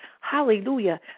hallelujah